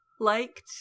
Liked